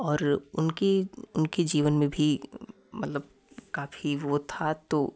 और उनकी उनकी जीवन में भी मतलब काफ़ी वह था तो